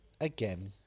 again